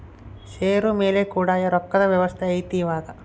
ಷೇರು ಮೇಲೆ ಕೂಡ ರೊಕ್ಕದ್ ವ್ಯವಸ್ತೆ ಐತಿ ಇವಾಗ